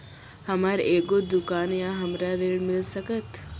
हमर एगो दुकान या हमरा ऋण मिल सकत?